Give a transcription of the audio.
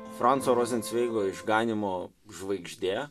franco rozencveigo išganymo žvaigždė